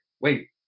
wait